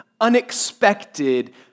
unexpected